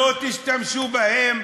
לא תשתמשו בהם.